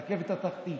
הרכבת התחתית